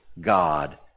God